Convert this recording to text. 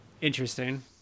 interesting